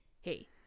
hey